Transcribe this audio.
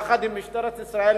יחד עם משטרת ישראל,